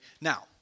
now